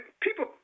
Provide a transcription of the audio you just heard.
People